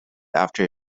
after